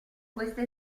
questa